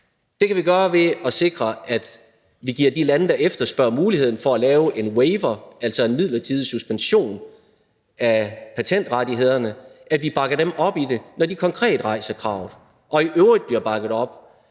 Det kan vi gøre ved at sikre, at vi bakker de lande op, der efterspørger muligheden for at lave en waiver, altså en midlertidig suspension af patentrettighederne, når de konkret rejser kravet og i øvrigt bliver bakket op